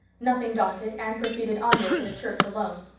nothing daunted, anne proceeded onward to the church alone.